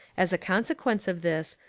as a consequence of this,